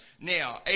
Now